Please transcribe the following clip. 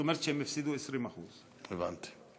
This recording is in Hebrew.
זאת אומרת שהם הפסידו 20%. הבנתי.